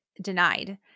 denied